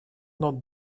not